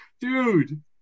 Dude